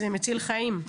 זה מציל חיים.